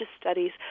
studies